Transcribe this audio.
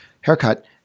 haircut